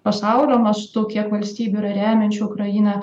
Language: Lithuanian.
pasaulio mastu kiek valstybių yra remiančių ukrainą